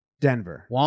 Denver